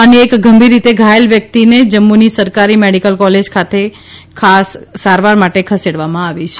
અન્ય એક ગંભીર રીતે ઘાયલ વ્યકિતને જમ્મુની સરકારી મેડીકલ કોલેજ ખાતે ખાસ સારવાર માટે ખસેડવામાં આવી છે